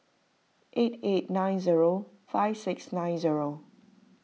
eight eight nine zero five six nine zero